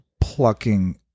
plucking